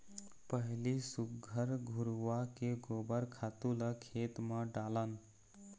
पहिली सुग्घर घुरूवा के गोबर खातू ल खेत म डालन